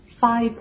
Five